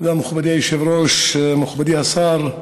מכובדי היושב-ראש, מכובדי השר,